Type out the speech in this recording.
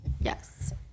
Yes